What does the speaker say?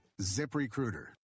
ZipRecruiter